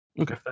Okay